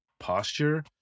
posture